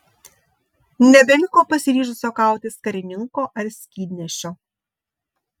nebeliko pasiryžusio kautis karininko ar skydnešio